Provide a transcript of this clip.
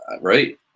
right